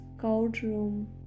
courtroom